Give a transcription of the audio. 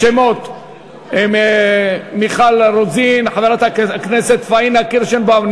השמות הם חברת הכנסת פניה קירשנבאום,